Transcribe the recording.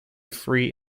free